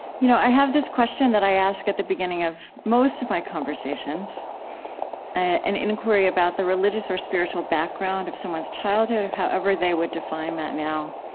you know i have this question that i ask at the beginning of most of my conversations an inquiry about the religious or spiritual background of someone's childhood or however they would define that now.